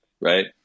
right